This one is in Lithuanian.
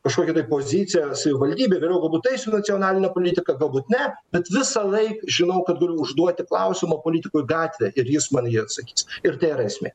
kažkokią tai poziciją savivaldybėj vėliau galbūt eisiu į nacionalinę politiką galbūt ne bet visąlaik žinau kad galiu užduoti klausimą politikui gatvėj ir jis man jį atsakys ir tai yra esmė